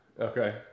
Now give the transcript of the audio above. Okay